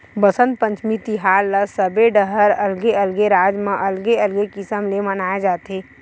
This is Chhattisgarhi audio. बसंत पंचमी तिहार ल सबे डहर अलगे अलगे राज म अलगे अलगे किसम ले मनाए जाथे